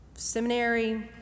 Seminary